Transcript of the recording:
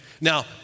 Now